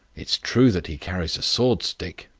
it's true that he carries a sword-stick.